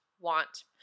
want